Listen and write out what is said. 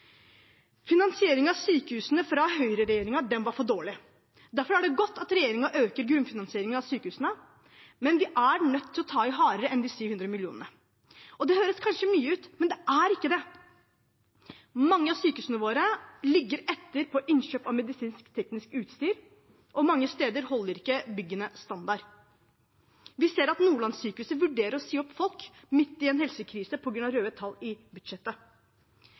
av sykehusene var for dårlig fra høyreregjeringen. Derfor er det godt at regjeringen øker grunnfinansieringen av sykehusene, men de er nødt til å ta i hardere enn de 700 millionene. Det høres kanskje mye ut, men det er ikke det. Mange av sykehusene våre ligger etter i innkjøp av medisinsk teknisk utstyr, og mange steder holder ikke byggene standarden. Vi ser at Nordlandssykehuset vurderer å si opp folk midt i en helsekrise på grunn av røde tall i budsjettet.